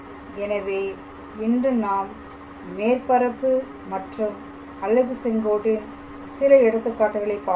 எனவே இன்று நாம் மேற்பரப்பு மற்றும் அலகு செங்கோட்டின் சில எடுத்துக்காட்டுகளைப் பார்த்தோம்